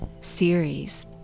series